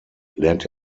lernt